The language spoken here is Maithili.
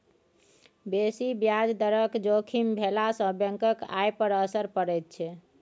बेसी ब्याज दरक जोखिम भेलासँ बैंकक आय पर असर पड़ैत छै